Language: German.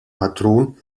patron